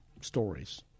stories